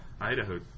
Idaho